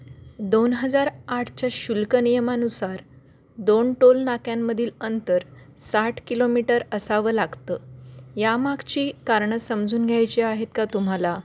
दोन हजार आठच्या शुल्क नियमानुसार दोन टोल नाक्यांमधील अंतर साठ किलोमीटर असावं लागतं या मागची कारणं समजून घ्यायची आहेत का तुम्हाला